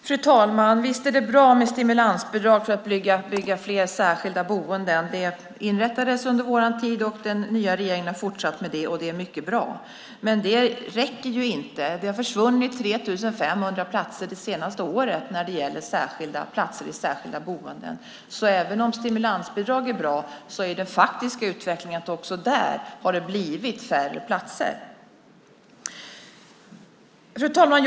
Fru talman! Visst är det bra med stimulansbidrag för att bygga fler särskilda boenden. De inrättades under vår tid, och den nya regeringen har fortsatt med det. Det är mycket bra. Men det räcker inte. Det har försvunnit 3 500 särskilda platser det senaste året i särskilda boenden. Även om stimulansbidrag är bra är den faktiska utvecklingen också där sådan att det har blivit färre platser. Fru talman!